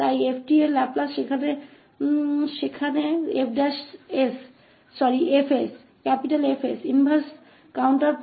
और इस 𝑔′𝑡 का लाप्लास जो f𝑡 है तो f𝑡 का लाप्लास जो वहां F𝑠 है